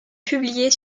publiés